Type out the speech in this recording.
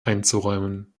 einzuräumen